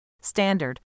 standard